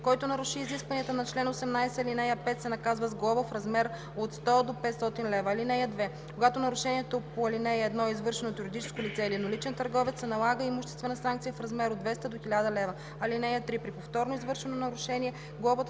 Който наруши изискванията на чл. 18, ал. 5, се наказва с глоба в размер от 100 до 500 лв. (2) Когато нарушението по ал. 1 е извършено от юридическо лице или едноличен търговец, се налага имуществена санкция в размер от 200 до 1000 лв. (3) При повторно извършено нарушение глобата,